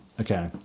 okay